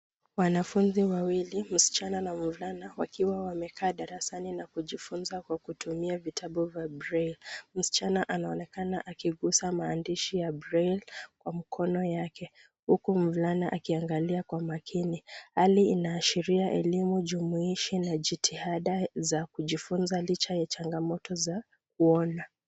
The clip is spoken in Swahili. Wanafunzi wawili, mvulana na msichana, waikiwa wamekaa darasani na kujifunza kwa kutumia vitabu vya braillle . Msichana anaonekana akigusa maandishi ya braille kwa mkono wake huku mvulana akiangalia kwa makini. Hali inaashiria elimu jumuishi na jitihada za kujifunza licha ya changamoto za kuona.